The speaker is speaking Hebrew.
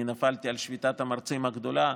אני נפלתי על שביתת המרצים הגדולה,